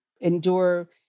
endure